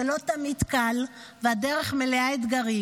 זה לא תמיד קל, והדרך מלאה אתגרים,